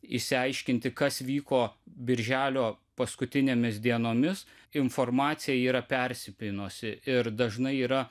išsiaiškinti kas vyko birželio paskutinėmis dienomis informacija yra persipynusi ir dažnai yra